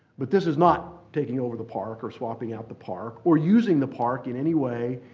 but this is not taking over the park or swapping out the park or using the park in any way,